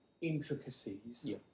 intricacies